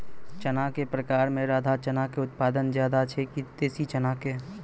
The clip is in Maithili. चना के प्रकार मे राधा चना के उत्पादन ज्यादा छै कि देसी चना के?